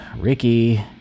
Ricky